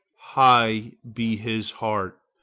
high be his heart,